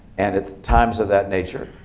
and at times of that nature,